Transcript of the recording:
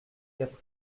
quatre